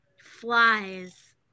flies